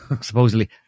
Supposedly